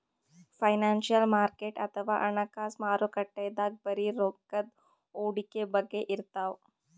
financial market ಅಥವಾ ಹಣಕಾಸ್ ಮಾರುಕಟ್ಟೆದಾಗ್ ಬರೀ ರೊಕ್ಕದ್ ಹೂಡಿಕೆ ಬಗ್ಗೆ ಇರ್ತದ್